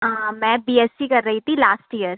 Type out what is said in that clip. हाँ मैं B SC कर रही थी लास्ट ईयर